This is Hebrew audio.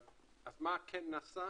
אז מה כן נעשה